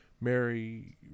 mary